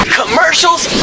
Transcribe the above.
commercials